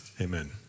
amen